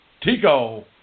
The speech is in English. Tico